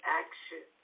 action